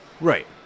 Right